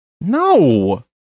No